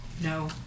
No